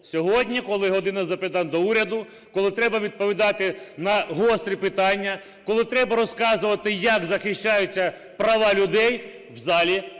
Сьогодні, коли "година запитань до Уряду", коли треба відповідати на гострі питання, коли треба розказувати, як захищаються права людей, в залі